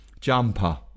jumper